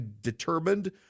determined